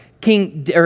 king